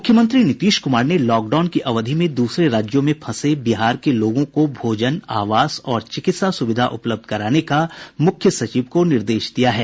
मुख्यमंत्री नीतीश कुमार ने लॉकडाउन की अवधि में दूसरे राज्यों में फंसे बिहार के लोगों को भोजन आवास और चिकित्सा सुविधा उपलब्ध कराने का मुख्य सचिव को निर्देश दिया है